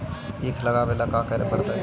ईख लगावे ला का का करे पड़तैई?